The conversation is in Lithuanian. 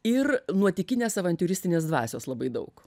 ir nuotykinės avantiūristinės dvasios labai daug